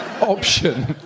option